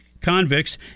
convicts